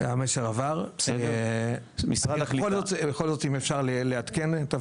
המסר עבר, בכל זאת, אם אפשר לעדכן את הוועדה,